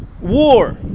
war